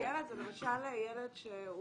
למשל ילד שהוא